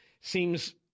seems